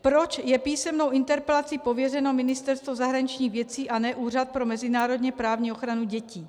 Proč je písemnou interpelací pověřeno Ministerstvo zahraničních věcí a ne Úřad pro mezinárodněprávní ochranu dětí?